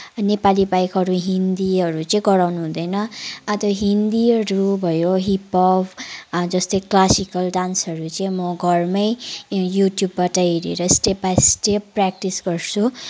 नेपाली बाहेक अरू हिन्दीहरू चाहिँ गराउनुहुँदैन अब त्यो हिन्दीहरू भयो हिपप् जस्तै क्लासिकल डान्सहरू चाहिँ म घरमै युट्युबबाट हेरेर स्टेप बाई स्टेप प्र्याक्टिस गर्छु